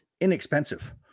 inexpensive